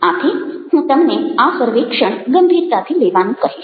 આથી હું તમને આ સર્વેક્ષણ ગંભીરતાથી લેવાનું કહીશ